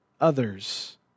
others